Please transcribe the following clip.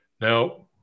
Now